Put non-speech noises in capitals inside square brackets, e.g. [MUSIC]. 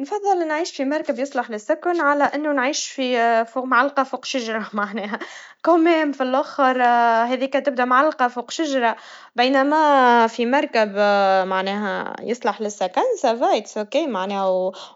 نفضل نعيش في مركب يصلح للسكن, على إنه نعيش في فوق معلقا فوق شجرا, معناها [LAUGHS] كومين في الآخر, هذيكا تبدا معلقا فوق شجرا, بينما في مركب معناها يصلح للسكن. أليس كذلك, هو كذلك, معناها